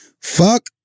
Fuck